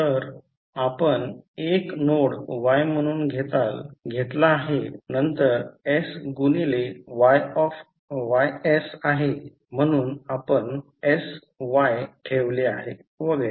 तर आपण 1 node Y म्हणून घेतला आहे नंतर s गुणिले Ys आहे म्हणून आपण sY ठेवले आहे वगैरे